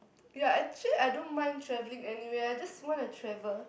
ya actually I don't mind travelling anywhere I just want to travel